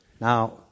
Now